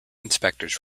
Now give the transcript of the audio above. inspectors